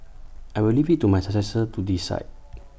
I will leave IT to my successor to decide